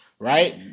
Right